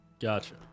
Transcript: Gotcha